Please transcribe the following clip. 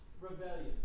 rebellion